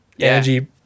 energy